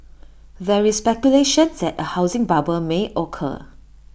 there is speculation that A housing bubble may occur